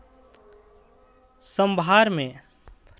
सांभर में एके डाल के बना दअ तअ खाइला में बड़ा मजा आवेला